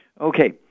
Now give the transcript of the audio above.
Okay